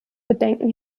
bedenken